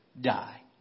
die